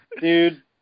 dude